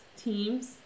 Teams